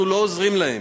אנחנו לא עוזרים להם,